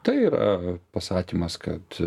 tai yra pasakymas kad